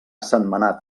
sentmenat